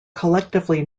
collectively